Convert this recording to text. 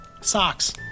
Socks